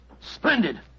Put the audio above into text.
Splendid